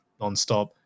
nonstop